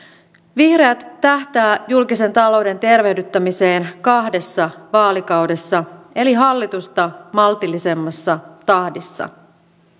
vihreät tähtää julkisen talouden tervehdyttämiseen kahdessa vaalikaudessa eli hallitusta maltillisemmassa tahdissa